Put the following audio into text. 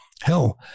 Hell